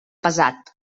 pesat